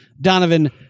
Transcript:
Donovan